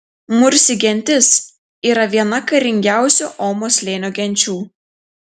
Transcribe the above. mursi gentis yra viena karingiausių omo slėnio genčių